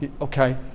okay